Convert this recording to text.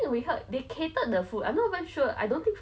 then we had